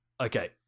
okay